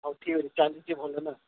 ହଉ ଠିକ୍ ଅଛି ଚାଲିଛି ଭଲ ନା